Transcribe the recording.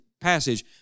passage